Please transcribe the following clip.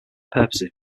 purposes